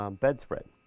um bedspread.